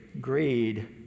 Greed